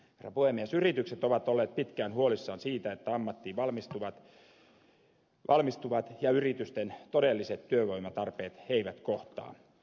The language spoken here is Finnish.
yritykset ovat olleet pitkään huolissaan siitä että ammattiin valmistuvat ja yritysten todelliset työvoimatarpeet eivät kohtaa